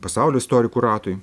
pasaulio istorikų ratui